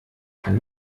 kann